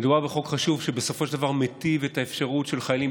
מדובר בחוק חשוב שבסופו של דבר מיטיב את האפשרות של חיילים,